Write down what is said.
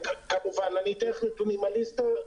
אני אתן לך נתונים על איסתא,